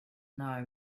know